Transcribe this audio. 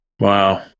Wow